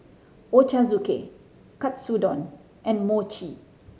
Ochazuke Katsudon and Mochi